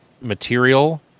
material